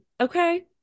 okay